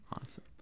Awesome